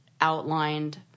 outlined